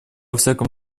всяком